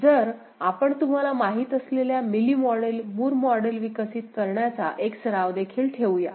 तर आपण तुम्हाला माहित असलेल्या मिली मॉडेल मूर मॉडेल विकसित करण्याचा एक सराव देखील ठेवूया